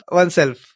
oneself